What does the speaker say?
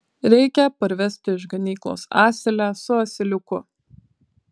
reikia parvesti iš ganyklos asilę su asiliuku